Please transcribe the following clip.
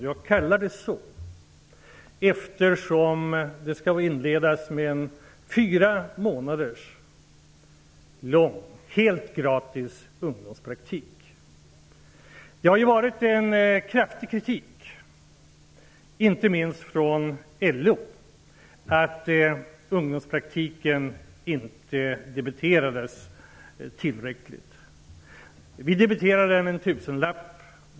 Jag kallar den så, eftersom den skall inledas med en fyra månader lång helt gratis ungdomspraktik. Det har framförts en kraftig kritik inte minst från LO:s sida att ungdomspraktiken inte debiterades tillräckligt. Vi debiterade en tusenlapp.